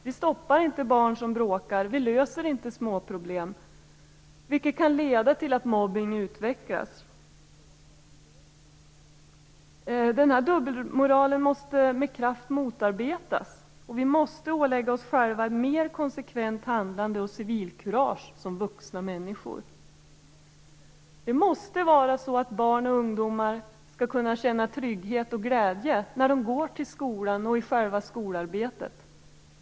Vi stoppar inte barn som bråkar, och vi löser inte småproblem, vilket kan leda till att mobbning utvecklas. Denna dubbelmoral måste med kraft motarbetas, och vi måste ålägga oss själva mer konsekvent handlande och civilkurage som vuxna människor. Det måste vara så att barn och ungdomar skall kunna känna trygghet och glädje när de går till skolan och i själva skolarbetet.